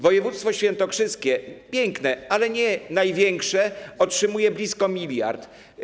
Województwo świętokrzyskie, piękne, ale nie największe, otrzymuje blisko 1 mld.